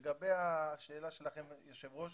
לגבי השאלה שלכם, היושב ראש,